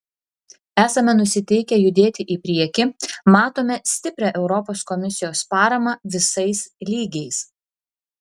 esame nusiteikę judėti į priekį matome stiprią europos komisijos paramą visais lygiais